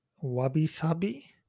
wabi-sabi